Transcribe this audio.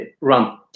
run